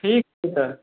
ठीक छै सर